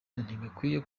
ntibakwiye